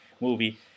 movie